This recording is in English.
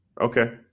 Okay